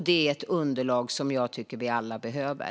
Det är ett underlag som jag tycker att vi alla behöver.